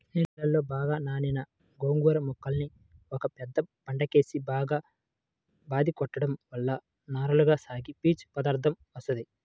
నీళ్ళలో బాగా నానిన గోంగూర మొక్కల్ని ఒక పెద్ద బండకేసి బాగా బాది కొట్టడం వల్ల నారలగా సాగి పీచు పదార్దం వత్తది